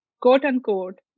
quote-unquote